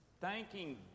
thanking